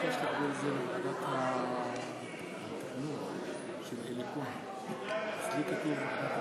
ההצעה להעביר את הצעת חוק לקידום הבנייה במתחמים